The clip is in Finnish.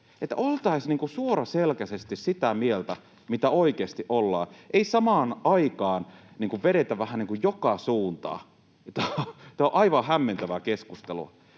Oltaisiin suoraselkäisesti sitä mieltä, mitä oikeasti ollaan — ei samaan aikaan vedetä vähän joka suuntaan. Tämä on aivan hämmentävää keskustelua.